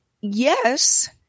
yes